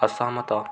ଅସହମତ